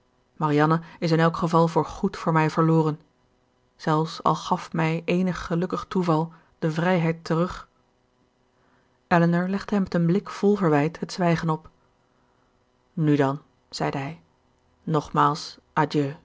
marianne is in elk geval voor goed voor mij verloren zelfs al gaf mij eenig gelukkig toeval de vrijheid terug elinor legde hem met een blik vol verwijt het zwijgen op nu dan zeide hij nogmaals